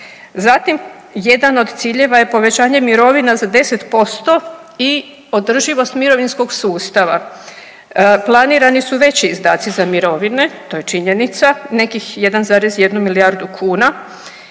Zatim jedan od ciljeva je povećanje mirovina za 10% i održivost mirovinskog sustava. Planirani su veći izdaci za mirovine, to je činjenica, nekih 1,1 milijardu kuna